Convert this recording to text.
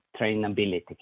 trainability